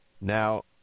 now